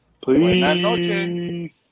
Please